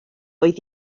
oedd